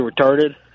retarded